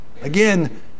Again